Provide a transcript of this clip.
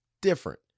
different